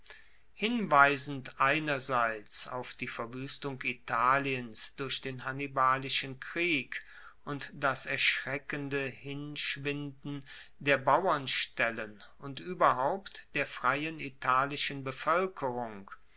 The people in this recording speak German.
hinweisend einerseits auf die verwuestung italiens durch den hannibalischen krieg und das erschreckende hinschwindender bauernstellen und ueberhaupt der freien italischen bevoelkerung